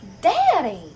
Daddy